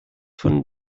von